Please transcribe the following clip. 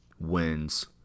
wins